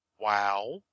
Wow